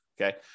okay